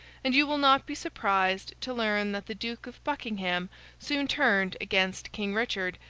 and you will not be surprised to learn that the duke of buckingham soon turned against king richard,